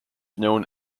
known